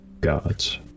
gods